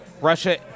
Russia